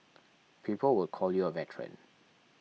people would call you a veteran